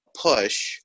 push